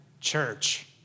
Church